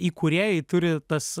įkūrėjai turi tas